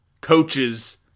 coaches